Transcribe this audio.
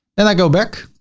then i go back